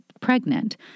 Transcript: pregnant